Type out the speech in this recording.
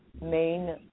main